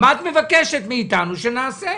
מה את מבקשת מאיתנו שנעשה?